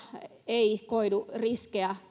ei koidu riskejä